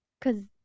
cause